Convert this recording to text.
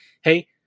hey